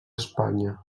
espanya